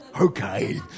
Okay